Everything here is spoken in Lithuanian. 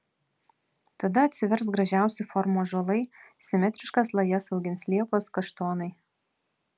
tada atsivers gražiausių formų ąžuolai simetriškas lajas augins liepos kaštonai